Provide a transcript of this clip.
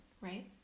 right